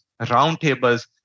roundtables